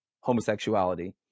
homosexuality